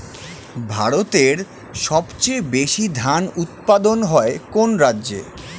ভারতের সবচেয়ে বেশী ধান উৎপাদন হয় কোন রাজ্যে?